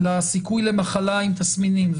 לסיכוי למחלה עם תסמינים,